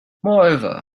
moreover